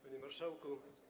Panie Marszałku!